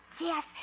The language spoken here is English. Yes